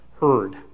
heard